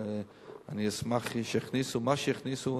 ואני אשמח שיכניסו מה שיכניסו.